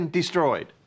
destroyed